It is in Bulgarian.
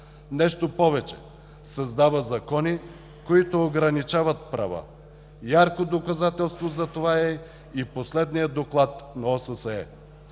нещо повече – създава закони, които ограничават права. Ярко доказателство за това е и последният доклад на ОССЕ.